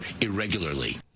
irregularly